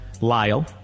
Lyle